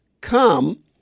come